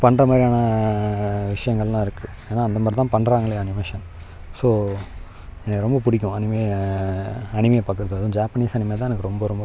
பண்ணுற மாதிரியான விஷியங்கள்லாம் இருக்குது ஏன்னா அந்த மாதிரி தான் பண்ணுறாங்களே அனிமேஷன் ஸோ எனக்கு ரொம்ப பிடிக்கும் அனிமி அனிமயா பார்க்குறது அதுவும் ஜாப்பனீஸ் அனிமியா தான் எனக்கு ரொம்ப ரொம்ப பிடிக்கும்